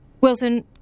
Wilson